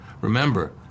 remember